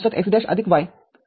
x' y x